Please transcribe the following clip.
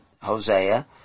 Hosea